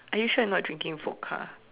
are you sure you are not drinking vodka